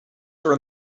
were